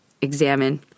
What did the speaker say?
examine